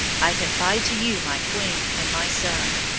i confide to you my queen and my son.